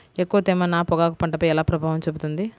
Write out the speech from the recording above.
ఎక్కువ తేమ నా పొగాకు పంటపై ఎలా ప్రభావం చూపుతుంది?